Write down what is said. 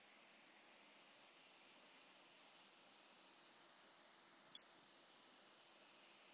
here